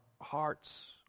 hearts